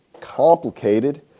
complicated